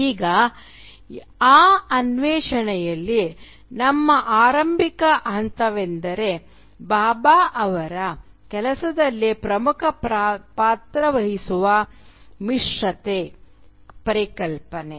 ಈಗ ಈ ಅನ್ವೇಷಣೆಯಲ್ಲಿ ನಮ್ಮ ಆರಂಭಿಕ ಹಂತವೆಂದರೆ ಭಾಭಾ ಅವರ ಕೆಲಸದಲ್ಲಿ ಪ್ರಮುಖ ಪಾತ್ರವಹಿಸುವ ಮಿಶ್ರತೆ ಪರಿಕಲ್ಪನೆ